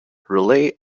relay